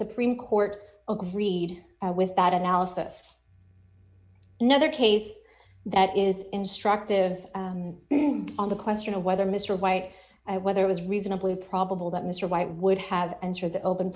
supreme court agreed with that analysis another case that is instructive on the question of whether mr white i was there was reasonably probable that mr white would have answered the open